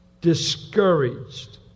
discouraged